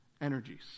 energies